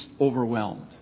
overwhelmed